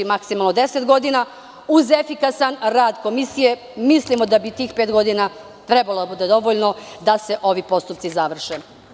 Maksimalno 10 godina uz efikasan rad komisije, mislimo da bi tih pet godina trebalo da bude dovoljno da se ovi postupci završe.